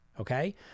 Okay